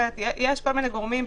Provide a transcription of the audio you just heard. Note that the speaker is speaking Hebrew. יש כל מיני גורמים במסיבות,